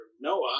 Noah